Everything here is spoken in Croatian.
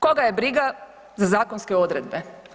Koga je briga za zakonske odredbe?